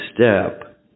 step